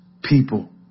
people